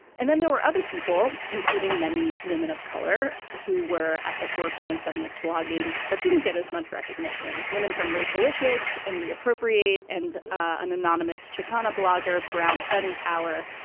and then there were other people, including many women of color, who were at the forefront of feminist blogging but didn't get as much recognition. women from racialicious and reappropriate and an anonymous chicano blogger, brown femi power.